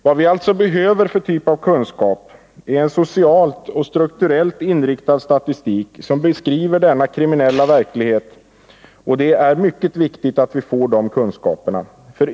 Vad vi alltså behöver är en socialt och strukturellt inriktad statistik, som beskriver denna kriminella verklighet, och det är mycket viktigt att vi får sådana kunskaper.